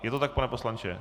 Je to tak, pane poslanče?